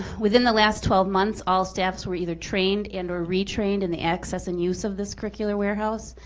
within the last twelve months, all staffs were either trained and or retrained in the access and use of this curricular warehouse,